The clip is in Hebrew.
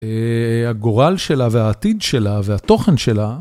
הגורל שלה והעתיד שלה והתוכן שלה,